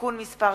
(תיקון מס'